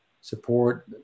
support